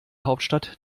hauptstadt